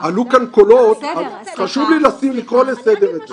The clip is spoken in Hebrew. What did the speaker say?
עלו כאן קולות, חשוב לי לשים, לקרוא לסדר את זה.